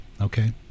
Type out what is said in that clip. Okay